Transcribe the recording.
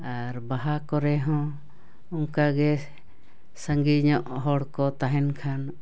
ᱟᱨ ᱵᱟᱦᱟ ᱠᱚᱨᱮᱦᱚᱸ ᱚᱱᱠᱟᱜᱮ ᱥᱟᱸᱜᱮ ᱧᱚᱜ ᱦᱚᱲ ᱠᱚ ᱛᱟᱦᱮᱸ ᱞᱮᱱᱠᱷᱟᱱ